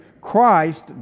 Christ